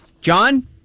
John